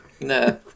No